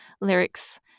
lyrics